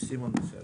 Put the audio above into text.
בסדר.